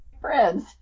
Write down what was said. friends